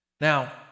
Now